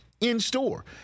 in-store